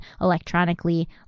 electronically